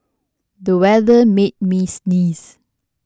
the weather made me sneeze